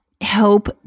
help